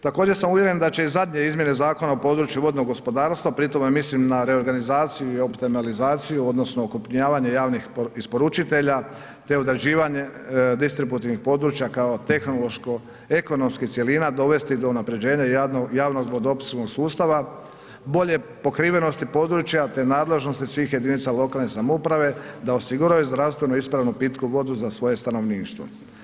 Također sam uvjeren da će i zadnje izmjene Zakona o području vodnog gospodarstva, pri tome mislim na reorganizaciju i optimalizaciju odnosno okrupnjavanje javnih isporučitelja, te određivanje distributivnih područja kao tehnološko-ekonomskih cjelina dovesti do unapređenja javnog vodoopskrbnog sustava, bolje pokrivenosti područja, te nadležnosti svih jedinica lokalne samouprave da osiguraju zdravstveno ispravnu pitku vodu za svoje stanovništvo.